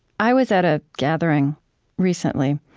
i was at a gathering recently,